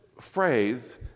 phrase